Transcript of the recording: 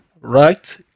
right